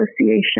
association